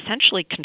essentially